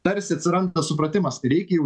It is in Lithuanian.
tarsi atsiranda supratimas reikia jau